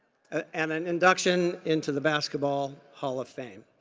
ah and an induction into the basketball hall of fame.